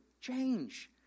change